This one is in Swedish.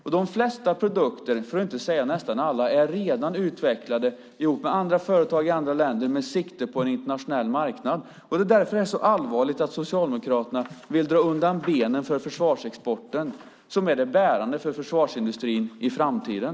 Och de flesta produkter, för att inte säga alla, är redan utvecklade ihop med andra företag i andra länder med sikte på en internationell marknad. Det är därför som det är så allvarligt att Socialdemokraterna vill dra undan benen för försvarsexporten som är det bärande för försvarsindustrin i framtiden.